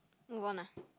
move on ah